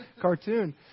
cartoon